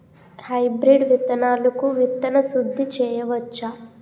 Hybrid విత్తనాలకు విత్తన శుద్ది చేయవచ్చ?